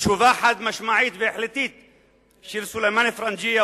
תשובה חד-משמעית והחלטית של סולימאן א-פרנג'יה,